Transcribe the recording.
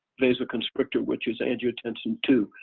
vasoconstrictors, which is angiotensin two,